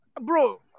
bro